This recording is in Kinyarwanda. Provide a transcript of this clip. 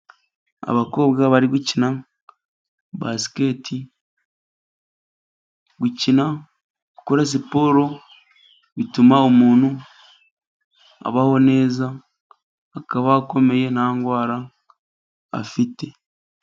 Abakobwa bari gukina basiketi gukina, gukora siporo bituma umuntu abaho neza akaba akomeye nta ndwara afite.